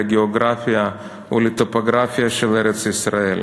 לגיאוגרפיה ולטופוגרפיה של ארץ-ישראל,